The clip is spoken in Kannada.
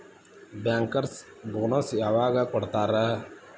ಬ್ಯಾಂಕರ್ಸ್ ಬೊನಸ್ ಯವಾಗ್ ಕೊಡ್ತಾರ?